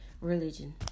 religion